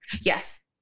Yes